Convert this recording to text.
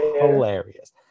hilarious